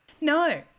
No